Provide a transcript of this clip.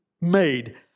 made